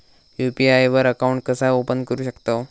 UPI वर account कसा open करू शकतव?